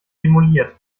demoliert